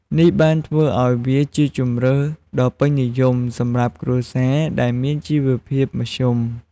នេះបានធ្វើឱ្យវាជាជម្រើសដ៏ពេញនិយមសម្រាប់គ្រួសារដែលមានជីវភាពមធ្យម។